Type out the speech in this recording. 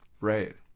Right